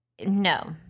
no